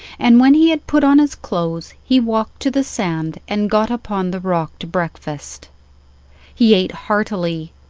and when he had put on his clothes he walked to the sand and got upon the rock to breakfast he ate heartily,